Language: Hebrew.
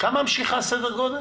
כמה משיכה סדר גודל